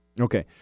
Okay